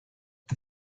the